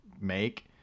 make